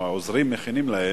שהעוזרים מכינים להם,